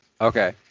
Okay